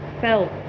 felt